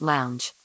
Lounge